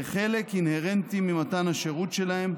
כחלק אינהרנטי ממתן השירות שלהם.